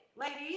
ladies